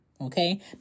Okay